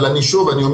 אבל אני אומר שוב,